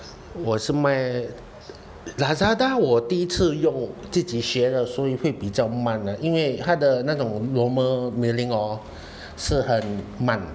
我是卖 Lazada 我第一次用我自己学的所以会比较慢啦因为他的那种 normal mailing hor 是很慢